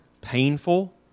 painful